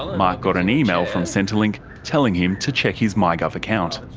ah mark got an email from centrelink telling him to check his mygov account.